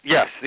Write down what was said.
Yes